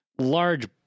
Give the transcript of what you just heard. large